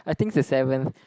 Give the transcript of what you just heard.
I think it's the seventh